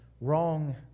wrong